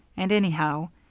and, anyhow,